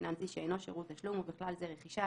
פיננסי שאינו שירות תשלום ובכלל זה רכישה,